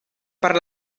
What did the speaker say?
per